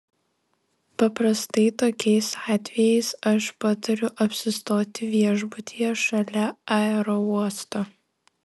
paprastai tokiais atvejais aš patariu apsistoti viešbutyje šalia aerouosto